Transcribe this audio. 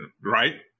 right